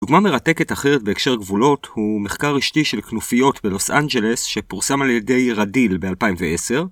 דוגמה מרתקת אחרת בהקשר גבולות הוא מחקר רשתי של כנופיות בלוס אנג'לס שפורסם על ידי רדיל ב-2010